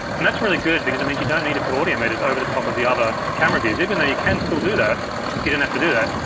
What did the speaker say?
and that's really good because it means you don't need to put audio meters over the top of the other camera views. even though you can still do that you don't have to do that.